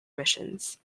missions